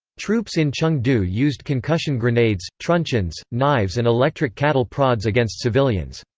troops in chengdu used concussion grenades, truncheons, knives and electric cattle prods against civilians.